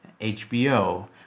HBO